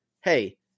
hey